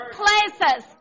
places